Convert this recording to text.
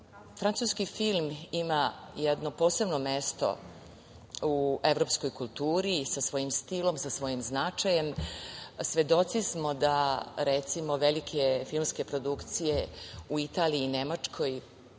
stripa. Francuski film ima jedno posebno mesto u evropskoj kulturi i sa svojim stilom, sa svojim značajem. Svedoci smo da velike filmske produkcije u Italiji i Nemačkoj